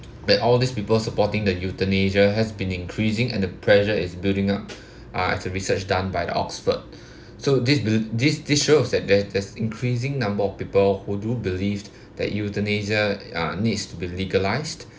but all these people supporting the euthanasia has been increasing and the pressure is building up uh the research done by the oxford so this be~ this this shows that the~ there's increasing number of people who do believed that euthanasia uh needs to be legalised